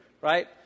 Right